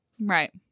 Right